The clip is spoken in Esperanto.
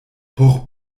por